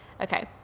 okay